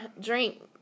drink